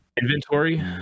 inventory